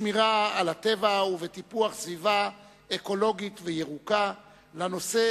בשמירה על הטבע ובטיפוח סביבה אקולוגית וירוקה לנושא